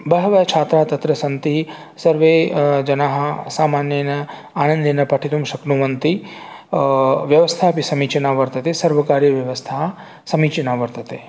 बहवः छात्राः तत्र सन्ति सर्वे जनाः सामान्येन आनन्देन पठितुं शक्नुवन्ति व्यवस्था अपि समीचीना वर्तते सर्वकार्यव्यवस्था समीचीना वर्तते इति